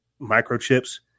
microchips